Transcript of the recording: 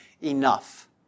enough